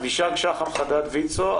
אבישג שחם חדד, ויצ"ו.